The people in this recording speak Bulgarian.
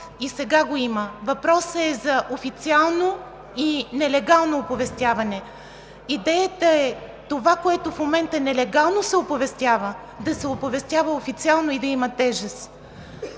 и сега го има. Въпросът е за официално и нелегално оповестяване. Идеята е това, което в момента нелегално се оповестява, да се оповестява официално и да има тежест.